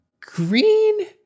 green